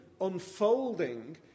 unfolding